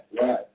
Right